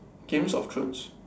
games of thrones